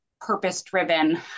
purpose-driven